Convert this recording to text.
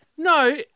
No